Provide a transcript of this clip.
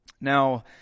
Now